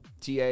TA